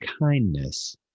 kindness